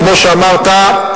כמו שאמרת,